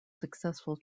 successful